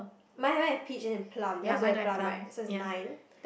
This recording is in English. mine have peach and plum yours don't have plum right so that's nine